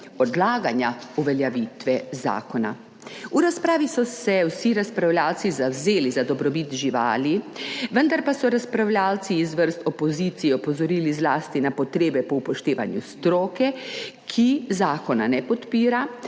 odlaganja uveljavitve zakona. V razpravi so se vsi razpravljavci zavzeli za dobrobit živali, vendar pa so razpravljavci iz vrst opozicije opozorili zlasti na potrebe po upoštevanju stroke, ki zakona ne podpira,